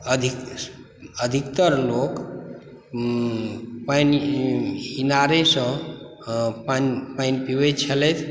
अधिकतर लोक पानि इनारेसँ पानि पीबैत छलथि